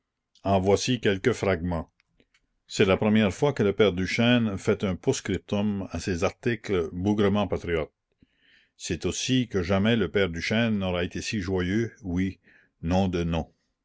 en voici quelques fragments c'est la première fois que le père duchêne fait un postscriptum à ses articles bougrement patriotes c'est aussi que jamais le père duchêne n'aura été si joyeux oui nom de noms